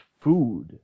food